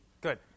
Good